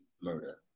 murder